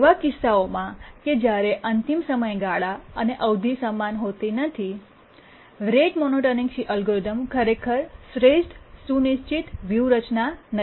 એવા કિસ્સાઓમાં કે જ્યારે અંતિમ સમયગાળા અને અવધિ સમાન હોતી નથી રેટ મોનોટોનિક અલ્ગોરિધમ ખરેખર શ્રેષ્ઠ સુનિશ્ચિત વ્યૂહરચના નથી